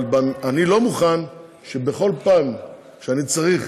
אבל אני לא מוכן שבכל פעם שאני צריך